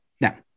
Now